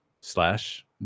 slash